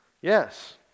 Yes